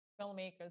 filmmakers